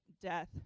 death